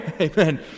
Amen